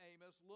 Amos